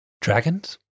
Dragons